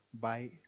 Bye